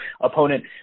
opponent